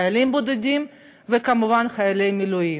של חיילים בודדים וכמובן של חיילי המילואים.